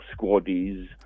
squaddies